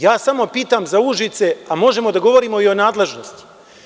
Ja samo pitam za Užice, a možemo da govorimo i o nadležnosti.